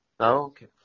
Okay